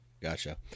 Gotcha